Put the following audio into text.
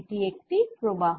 এটি একটি প্রবাহ